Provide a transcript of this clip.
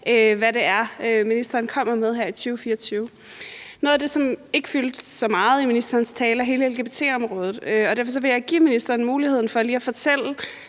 hvad det er, ministeren kommer med her i 2024. Noget af det, som ikke fyldte så meget i ministerens tale, er hele lgbt-området. Derfor vil jeg give ministeren muligheden for lige at fortælle,